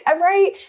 Right